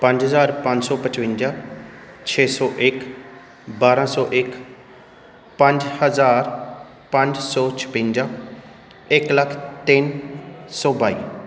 ਪੰਜ ਹਜ਼ਾਰ ਪੰਜ ਸੌ ਪਚਵੰਜਾ ਛੇ ਸੌ ਇੱਕ ਬਾਰਾਂ ਸੌ ਇੱਕ ਪੰਜ ਹਜ਼ਾਰ ਪੰਜ ਸੌ ਛਪੰਜਾ ਇੱਕ ਲੱਖ ਤਿੰਨ ਸੌ ਬਾਈ